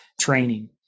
training